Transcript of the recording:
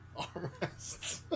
Armrests